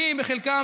מספח?